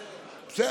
ההתשה.